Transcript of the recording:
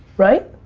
right?